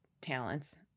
talents